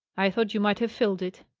i thought you might have filled it.